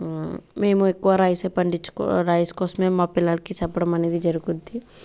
మేము ఎక్కువ రైస్ ఏ పండించుకో రైస్ కోసమే మా పిల్లలకి చెప్పడం అనేది జరుగుతుంది